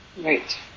Right